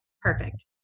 Perfect